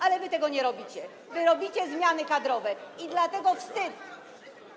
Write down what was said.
Ale wy tego nie robicie, wy robicie zmiany kadrowe i dlatego wstyd.